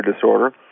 Disorder